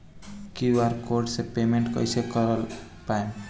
QR code से payment कईसे कर पाएम?